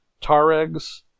Taregs